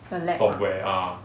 the lab ah